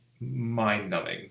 mind-numbing